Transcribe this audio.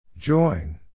Join